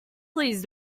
please